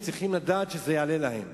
הם צריכים לדעת שזה יעלה להם.